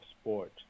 sport